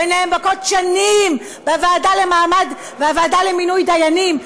ונאבקות שנים בוועדה למינוי דיינים,